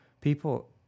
people